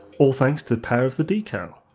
all thanks to the power of the decal!